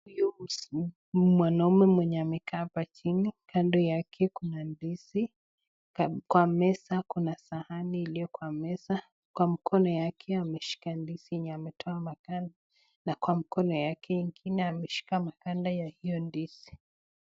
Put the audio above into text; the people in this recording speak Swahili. Mwanaume mwenye amekaa kwa hapa chini kando yake kuna ndizi kwa meza kuna sahani iliyo kwa meza, mkono wake ameshika ndizi yenye ametoa makanda na Kwa mkono wake ingine ameshika makanda ya hiyo ndizi.